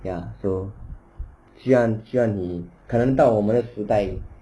ya so 希望希望你可能到我们的时代